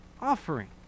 offering